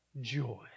joy